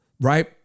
Right